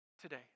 today